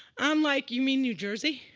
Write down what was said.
i'm like, you mean new jersey?